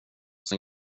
som